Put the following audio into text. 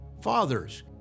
Fathers